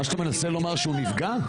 מה שאתה מנסה לומר הוא שהוא נפגע?